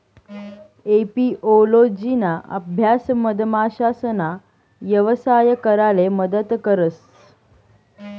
एपिओलोजिना अभ्यास मधमाशासना यवसाय कराले मदत करस